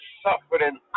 suffering